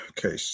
Okay